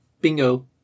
Bingo